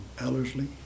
Allersley